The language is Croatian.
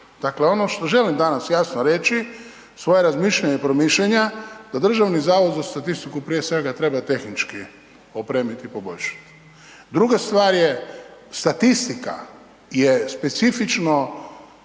Dakle, ono što želim danas jasno reći, svoja razmišljanja i promišljanja, da Državni zavod za statistiku prije svega, treba tehnički opremiti i poboljšati. Druga stvar je, statistika je specifično